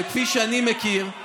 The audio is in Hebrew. וכפי שאני מכיר,